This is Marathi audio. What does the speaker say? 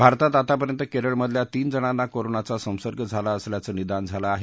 भारतात आत्तापर्यंत केरळमधल्या तीन जणांना कोरोनाचा संसर्ग झाला असल्याचं निदान झालं आहे